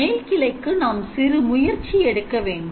மேல் கிளைக்கு நாம் சிறு முயற்சி எடுக்க வேண்டும்